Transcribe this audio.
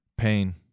pain